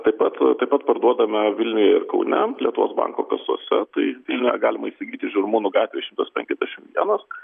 taip pat taip pat parduodame vilniuje ir kaune lietuvos banko kasose tai vilniuje galima įsigyti žirmūnų gatvėje šimtas penkiasdešimt vienas